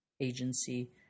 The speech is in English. Agency